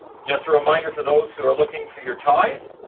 just a reminder for those who are looking for your tithe,